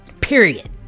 Period